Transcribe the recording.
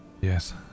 Yes